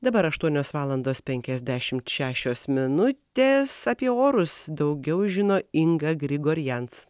dabar aštuonios valandos penkiasdešimt šešios minutės apie orus daugiau žino inga grigorjans